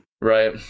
Right